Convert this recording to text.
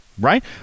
right